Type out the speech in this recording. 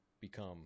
become